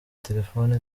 telefone